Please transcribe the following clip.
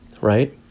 right